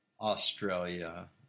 Australia